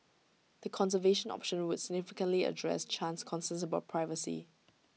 the conservation option would significantly address Chan's concerns about privacy